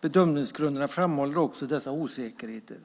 bedömningsgrunderna framhåller också dessa osäkerheter.